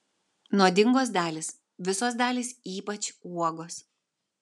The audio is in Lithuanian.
nuodingos dalys visos dalys ypač uogos